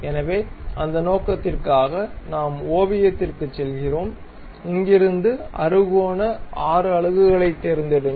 எனவே அந்த நோக்கத்திற்காக நாம் ஓவியத்திற்குச் செல்கிறோம் இங்கிருந்து அறுகோண 6 அலகுகளைத் தேர்ந்தெடுங்கள்